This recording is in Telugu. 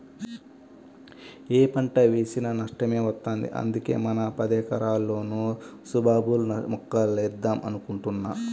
యే పంట వేసినా నష్టమే వత్తంది, అందుకే మన పదెకరాల్లోనూ సుబాబుల్ మొక్కలేద్దాం అనుకుంటున్నా